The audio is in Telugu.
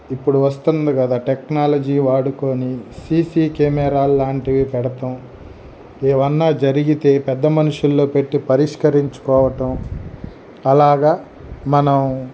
ఇప్పుడు వస్తుంది కదా టెక్నాలజీ వాడుకొని సీసీ కెమెరాలు లాంటివి పెడటం ఏమన్నా జరిగితే పెద్ద మనుషుల్లో పెట్టి పరిష్కరించుకోవటం అలాగా మనం